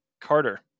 Carter